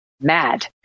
mad